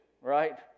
right